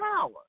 power